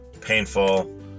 painful